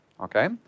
okay